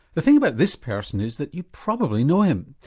the thing about this person is that you probably know him.